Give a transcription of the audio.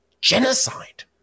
genocide